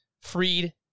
Freed